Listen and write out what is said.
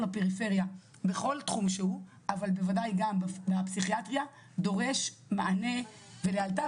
הפריפריה בכל תחום שהוא אבל גם בוודאי גם בפסיכיאטריה דורש מענה ולאלתר